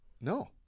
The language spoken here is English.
No